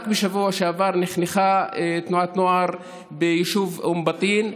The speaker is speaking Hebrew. רק בשבוע שעבר נחנכה תנועת נוער ביישוב אום בטין.